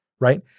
right